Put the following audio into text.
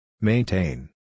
Maintain